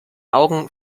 augen